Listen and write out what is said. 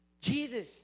Jesus